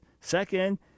Second